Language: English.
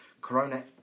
Corona